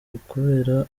ukubera